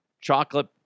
Chocolate